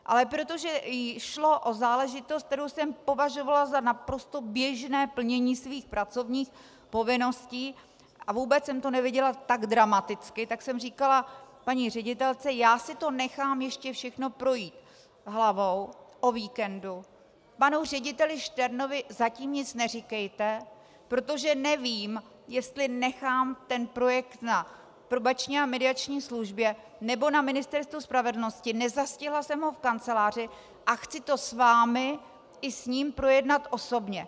Ale protože šlo o záležitost, kterou jsem považovala za naprosto běžné plnění svých pracovních povinností, a vůbec jsem to neviděla tak dramaticky, tak jsem říkala paní ředitelce: já si to nechám ještě všechno projít hlavou o víkendu, panu řediteli Šternovi zatím nic neříkejte, protože nevím, jestli nechám ten projekt na Probační a mediační službě, nebo na Ministerstvu spravedlnosti, nezastihla jsem ho v kanceláři, a chci to s vámi i sním projednat osobně.